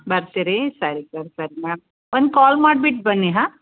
ಬರ್ತೀರಿ ಸರಿ ಸರ್ ಸರಿನಾ ಒಂದು ಕಾಲ್ ಮಾಡ್ಬಿಟ್ಟು ಬನ್ನಿ ಹಾಂ